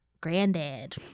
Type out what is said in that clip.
Granddad